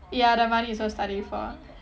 ya the money is worth studying for ah